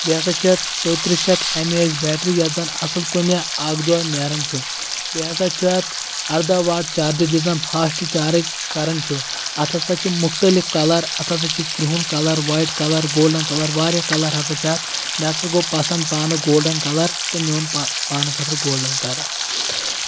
بیٚیہِ ہسا چھِ ژۄیہِ تٕرٕٛہ شیٚتھ اٮ۪م اے ایچ بیٹری یَتھ زَن اَصٕل پٲٹھۍ مےٚ اکھ دۄہ نیران چھُ بیٚیہِ ہسا چھُ اَتھ اَردہ واٹ چارجر یُس زن فاسٹ چارٕج کران چھُ اَتھ ہسا چھِ مُختلِف کَلر اَتھ ہسا چھُ کرٛہُن colour white colour golden colour واریاہ کَلر ہسا چھِ اَتھ مےٚ ہسا گوٚو پسنٛد پانہٕ گولڈن کَلر تہٕ مےٚ اوٚن پانہٕ خٲطرٕ گولڈن کَلر